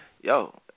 Yo